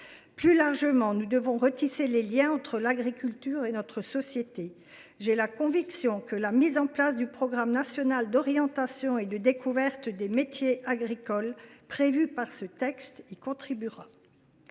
Plus largement, nous devons retisser des liens entre l’agriculture et notre société. J’ai la conviction que l’établissement du programme national d’orientation et de découverte des métiers agricoles, prévu par ce texte, y contribuera.